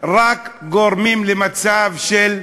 רק גורמים למצב של,